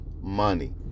money